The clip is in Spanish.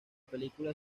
película